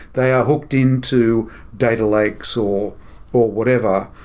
they are hooked into data lakes, or or whatever.